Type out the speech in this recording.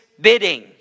bidding